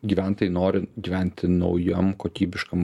gyventojai nori gyventi naujam kokybiškam